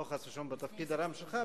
לא חס ושלום בתפקיד הרם שלך,